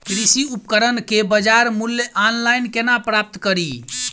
कृषि उपकरण केँ बजार मूल्य ऑनलाइन केना प्राप्त कड़ी?